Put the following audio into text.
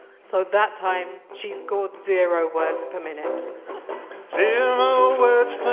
so that time she scored zero words per minute zero words per